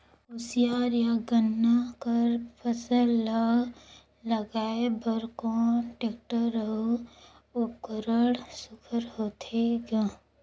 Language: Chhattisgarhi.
कोशियार या गन्ना कर फसल ल लगाय बर कोन टेक्टर अउ उपकरण सुघ्घर होथे ग?